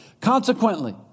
Consequently